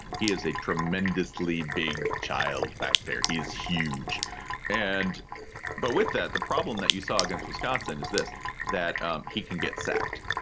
he is a tremendously big child back there. he is huge and but with that, the problem that you saw against scott. so and is this that he can get sacked?